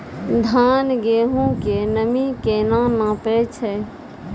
धान, गेहूँ के नमी केना नापै छै?